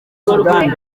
soudan